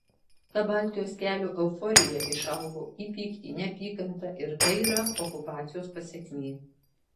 ta baltijos kelio euforija išaugo į pyktį neapykantą ir tai yra okupacijos pasekmė